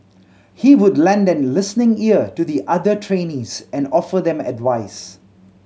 he would lend a listening ear to the other trainees and offer them advice